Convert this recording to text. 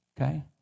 Okay